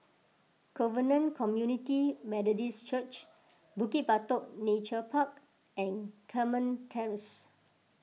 Covenant Community Methodist Church Bukit Batok Nature Park and Carmen Terrace